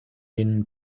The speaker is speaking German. den